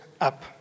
up